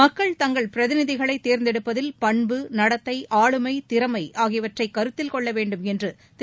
மக்கள் தங்கள் பிரதிநிதிகளை தேர்ந்தெடுப்பதில் பண்பு நடத்தை ஆளுமை திறமை ஆகியவற்றை கருத்தில் கொள்ள வேண்டுமென்று திரு